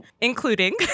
Including